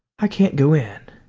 i can't go in,